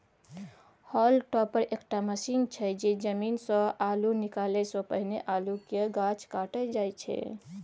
hall topper एकटा machine छै जे जमीनसँ अल्लु निकालै सँ पहिने अल्लुक गाछ काटय छै